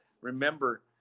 remember